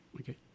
okay